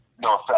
no